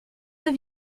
deux